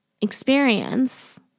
experience